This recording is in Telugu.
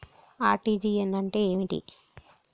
ఆర్.టి.జి.ఎస్ అంటే ఏమిటి?